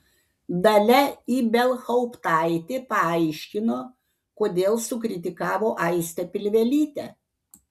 dalia ibelhauptaitė paaiškino kodėl sukritikavo aistę pilvelytę